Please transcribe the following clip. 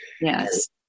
yes